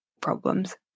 problems